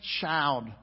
child